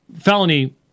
felony